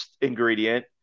ingredient